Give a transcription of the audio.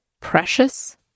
precious